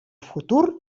futur